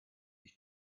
ich